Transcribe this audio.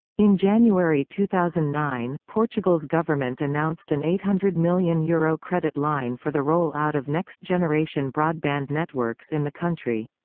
in january two thousand and nine, portugal's government announced an eight hundred million euro credit line for the roll-out of next-generation broadband networks in the country.